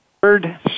third